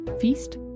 feast